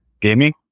Gaming